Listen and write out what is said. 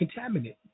contaminant